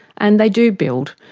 and they do build,